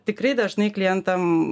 tikrai dažnai klientam